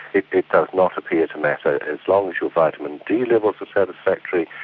it it does not appear to matter. as long as your vitamin d levels are satisfactory,